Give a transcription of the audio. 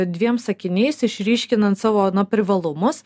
dviem sakiniais išryškinant savo na privalumus